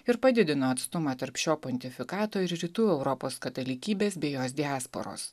ir padidino atstumą tarp šio pontifikato ir rytų europos katalikybės bei jos diasporos